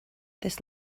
this